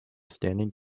standing